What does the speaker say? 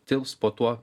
tilps po tuo